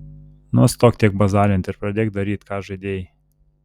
nustok tiek bazarint ir pradėk daryt ką žadėjai